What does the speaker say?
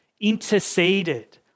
interceded